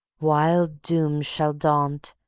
wild dooms shall daunt,